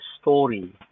story